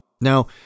Now